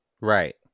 Right